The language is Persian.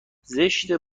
زشته